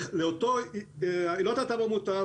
היא לא טעתה במוטב,